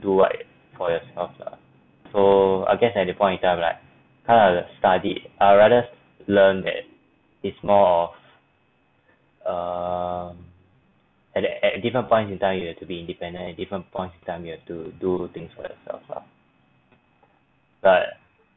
do right for yourself lah so I guess at that point in time like kind of the studied I rather learn that it's more um at the at different points in time you have to be independent at different points of time you have to do things for yourself lah but